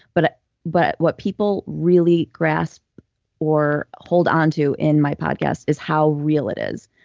but but what people really grasp or hold onto in my podcasts is how real it is.